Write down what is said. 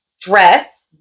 dress